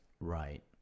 Right